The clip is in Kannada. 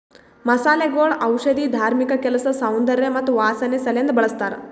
ಮಸಾಲೆಗೊಳ್ ಔಷಧಿ, ಧಾರ್ಮಿಕ ಕೆಲಸ, ಸೌಂದರ್ಯ ಮತ್ತ ವಾಸನೆ ಸಲೆಂದ್ ಬಳ್ಸತಾರ್